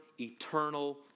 eternal